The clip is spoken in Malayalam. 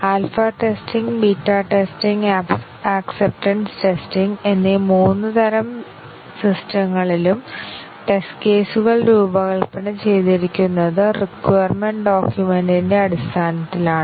alpha testing beta testing acceptance testing എന്നീ മൂന്ന് തരം സിസ്റ്റങ്ങളിലും ടെസ്റ്റ് കേസുകൾ രൂപകൽപ്പന ചെയ്തിരിക്കുന്നത് റിക്വയർമെന്റ് ഡോക്യുമെന്റിന്റെ അടിസ്ഥാനത്തിലാണ്